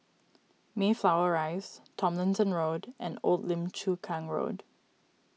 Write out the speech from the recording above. Mayflower Rise Tomlinson Road and Old Lim Chu Kang Road